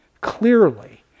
clearly